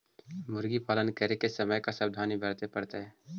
मुर्गी पालन करे के समय का सावधानी वर्तें पड़तई?